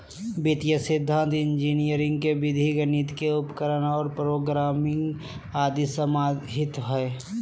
वित्तीय सिद्धान्त इंजीनियरी के विधि गणित के उपकरण और प्रोग्रामिंग आदि समाहित हइ